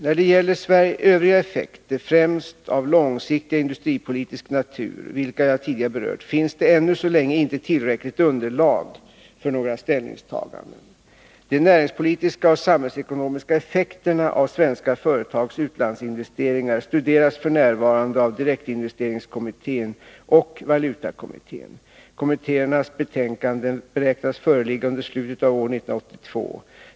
När det gäller övriga effekter, främst av långsiktig industripolitisk natur, vilka jag tidigare berört, finns det ännu så länge inte tillräckligt underlag för några ställningstaganden. De näringspolitiska och samhällsekonomiska effekterna av svenska företags utlandsinvesteringar studeras f. n. av direktinvesteringskommittén och valutakommittén. Kommittéernas betänkanden beräknas föreligga under slutet av år 1982.